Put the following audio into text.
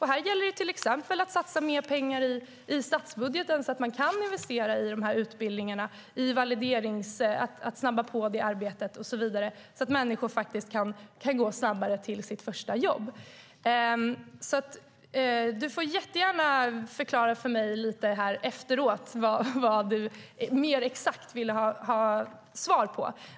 Här gäller det till exempel att satsa mer pengar i statsbudgeten för investeringar i utbildningar och för att kunna snabba på valideringsarbetet så att människor kan gå snabbare till sitt första jobb. Du får jättegärna förklara för mig lite här efteråt vad du mer exakt vill ha svar på.